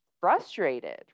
frustrated